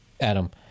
Adam